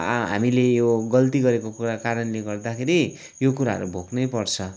हामीले यो गल्ती गरेको कुरा कारणले गर्दाखेरि यो कुराहरू भोग्नैपर्छ